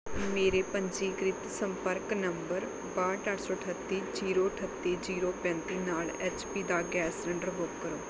ਮੇਰੇ ਪੰਜੀਕ੍ਰਿਤ ਸੰਪਰਕ ਨੰਬਰ ਬਾਹਠ ਅੱਠ ਸੌ ਅਠੱਤੀ ਜ਼ੀਰੋ ਅਠੱਤੀ ਜ਼ੀਰੋ ਪੈਂਤੀ ਨਾਲ ਐਚ ਪੀ ਦਾ ਗੈਸ ਸਿਲੰਡਰ ਬੁੱਕ ਕਰੋ